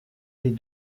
des